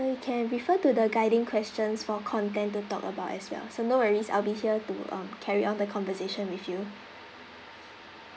or you can refer to the guiding questions for content to talk about as well so no worries I'll be here to um carry on the conversation with you